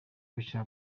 bushya